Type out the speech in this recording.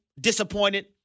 disappointed